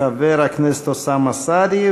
חבר הכנסת אוסאמה סעדי,